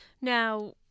Now –